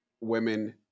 women